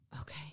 Okay